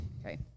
Okay